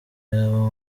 yaba